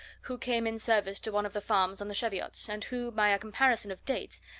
who came in service to one of the farms on the cheviots, and who, by a comparison of dates,